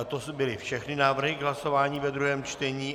To byly všechny návrhy k hlasování ve druhém čtení.